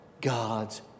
God's